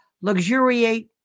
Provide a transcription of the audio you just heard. luxuriate